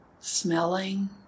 smelling